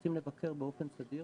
שרוצים לבקר באופן סדיר